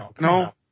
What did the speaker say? no